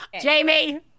Jamie